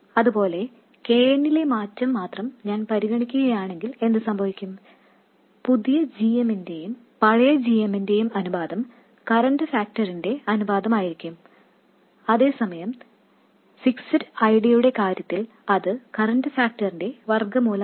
അതുപോലെ K n ലെ മാറ്റം മാത്രം ഞാൻ പരിഗണിക്കുകയാണെങ്കിൽ എന്ത് സംഭവിക്കും പുതിയ gm ന്റെയും പഴയ gm ന്റെയും അനുപാതം കറൻറ് ഫാക്ടറിന്റെ അനുപാതമായിരിക്കും അതേസമയം ഫിക്സ്ഡ് ID യുടെ കാര്യത്തിൽ അത് കറൻറ് ഫാക്ടറിന്റെ സ്ക്വയർ റൂട്ടാണ്